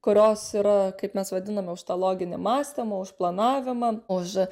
kurios yra kaip mes vadiname už tą loginį mąstymą už planavimą už